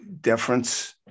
difference